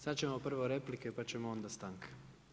Sad ćemo prvo replike, pa ćemo onda stanke.